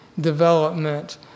development